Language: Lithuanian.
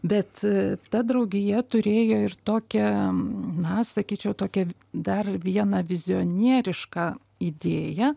bet ta draugija turėjo ir tokią na sakyčiau tokią dar vieną vizionierišką idėją